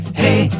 hey